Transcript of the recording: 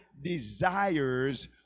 desires